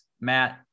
Matt